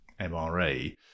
MRA